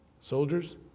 soldiers